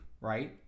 right